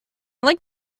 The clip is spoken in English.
like